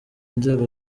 inzego